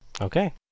Okay